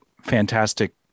fantastic